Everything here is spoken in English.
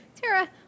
Tara